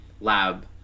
lab